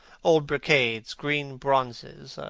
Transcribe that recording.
old brocades, green bronzes,